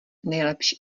nejlepší